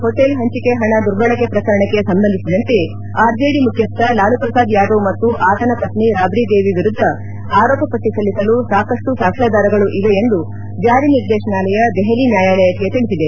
hotel ಹಂಚಿಕೆ ಹಣ ದುರ್ಬಳಕೆ ಪ್ರಕರಣಕ್ಕೆ ಸಂಬಂಧಿಸಿದಂತೆ ಆರ್ಜೆಡಿ ಮುಖ್ಯಸ್ಥ ಲಾಲೂ ಪ್ರಸಾದ್ ಯಾದವ್ ಮತ್ತು ಆತನ ಪತ್ನಿ ರಾಬ್ರಿ ದೇವಿ ವಿರುದ್ದ ಆರೋಪ ಪಟ್ನಿ ಸಲ್ಲಿಸಲು ಸಾಕಷ್ನು ಸಾಕ್ಷ್ಮಾಧಾರಗಳು ಇವೆ ಎಂದು ಜಾರಿ ನಿರ್ದೇಶನಾಲಯ ದೆಹಲಿ ನ್ಯಾಯಾಲಯಕ್ಕೆ ತಿಳಿಸಿದೆ